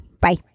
Bye